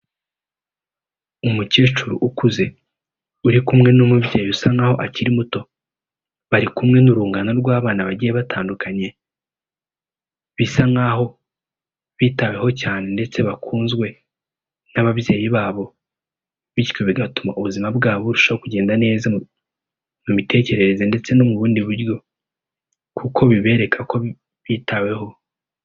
Umukecuru ukuze uri kumwe n'umubyeyi bisa nk'aho akiri muto, bari kumwe n'urungano rw'abana bagiye batandukanye, bisa nk'aho bitaweho cyane ndetse bakunzwe n'ababyeyi babo, bityo bigatuma ubuzima bwabo burushaho kugenda neza mu mitekerereze ndetse no mu bundi buryo kuko bibereka ko bitaweho.